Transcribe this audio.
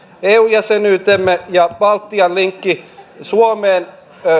eu jäsenyytemme ja baltian linkki suomeen